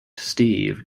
steve